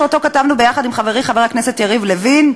שכתבנו יחד עם חברי חבר הכנסת יריב לוין,